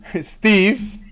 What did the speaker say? Steve